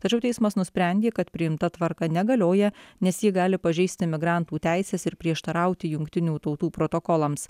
tačiau teismas nusprendė kad priimta tvarka negalioja nes ji gali pažeisti imigrantų teises ir prieštarauti jungtinių tautų protokolams